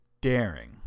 daring